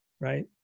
right